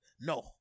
no